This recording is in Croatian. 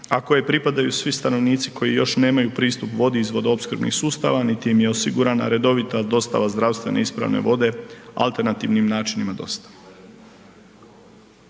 kojima pripadaju svi stanovnici koji još nemaju pristup vodi iz vodoopskrbnih sustava niti im je osigurana redovita dostava zdravstvene ispravne vode alternativnim načinima dostave.